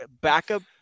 backup